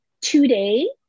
today